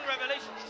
revelations